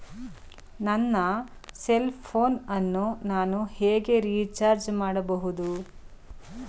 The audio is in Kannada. ನನ್ನ ಸೆಲ್ ಫೋನ್ ಅನ್ನು ನಾನು ಹೇಗೆ ರಿಚಾರ್ಜ್ ಮಾಡಬಹುದು?